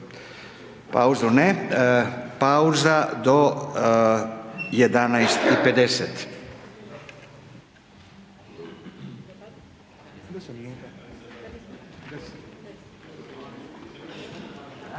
Pauza do 11,50h.